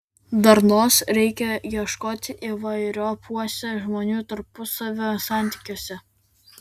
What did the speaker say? darnos reikia ieškoti įvairiopuose žmonių tarpusavio santykiuose